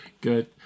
Good